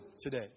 today